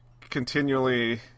continually